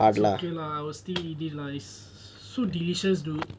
it's okay lah I will still eat it it is so delicious dude